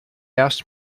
asked